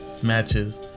matches